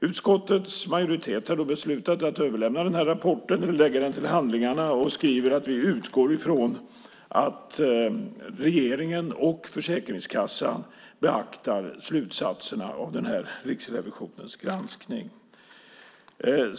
Utskottets majoritet har beslutat att överlämna rapporten och lägga den till handlingarna. Vi skriver att vi utgår ifrån att regeringen och Försäkringskassan beaktar slutsatserna av Riksrevisionens granskning.